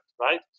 right